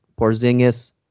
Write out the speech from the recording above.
Porzingis